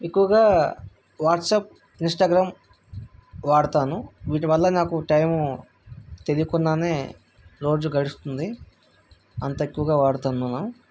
ఎక్కువగా WhatsApp Instagram వాడతాను వీటి వల్ల నాకు టైం తెలియకుండానే రోజు గడుస్తుంది అంత ఎక్కువగా వాడుతున్నాను